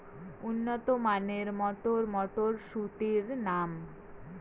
উন্নত মানের মটর মটরশুটির নাম?